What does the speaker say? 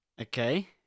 Okay